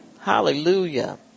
Hallelujah